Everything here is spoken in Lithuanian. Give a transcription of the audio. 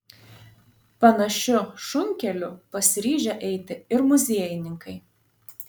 panašiu šunkeliu pasiryžę eiti ir muziejininkai